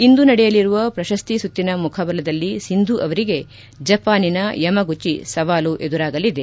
ಇಂದು ನಡೆಯಲಿರುವ ಪ್ರಶಸ್ತಿ ಸುತ್ತಿನ ಮುಖಾಬಲದಲ್ಲಿ ಸಿಂಧು ಅವರಿಗೆ ಜಪಾನಿನ ಯಮಗುಚಿ ಸವಾಲು ಎದುರಾಗಲಿದೆ